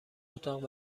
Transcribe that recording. اتاق